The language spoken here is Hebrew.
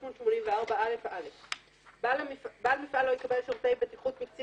584א. (א) בעל מפעל לא יקבל שירותי בטיחות מקצין